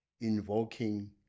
invoking